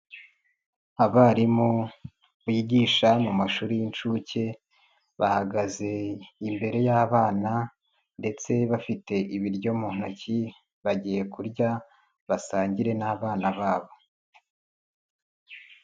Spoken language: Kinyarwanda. Abarimu bigisha mu mashuri y'inshuke, bahagaze imbere y'abana ndetse bafite ibiryo mu ntoki bagiye kurya basangire n'abana babo.